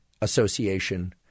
association